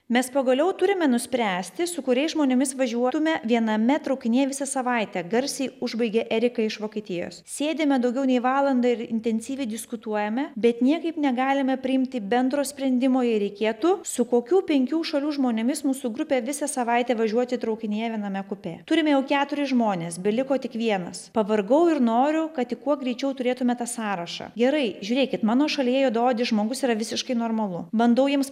mes pagaliau turime nuspręsti su kuriais žmonėmis važiuotume viename traukinyje visą savaitę garsiai užbaigė erika iš vokietijos sėdime daugiau nei valandą ir intensyviai diskutuojame bet niekaip negalime priimti bendro sprendimo jei reikėtų su kokių penkių šalių žmonėmis mūsų grupė visą savaitę važiuoti traukinyje viename kupė turime jau keturis žmones beliko tik vienas pavargau ir noriu kad kuo greičiau turėtume tą sąrašą gerai žiūrėkit mano šalyje juodaodis žmogus yra visiškai normalu bandau jiems